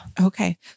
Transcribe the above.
Okay